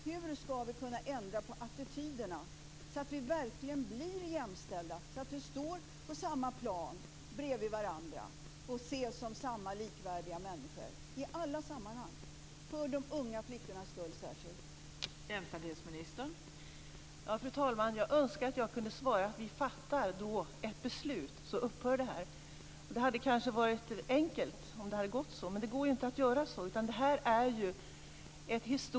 Hur skall vi kunna ändra på attityderna så att vi verkligen blir jämställda, så att vi står på samma plan bredvid varandra och ses som likvärdiga människor i alla sammanhang - särskilt för de unga flickornas skull?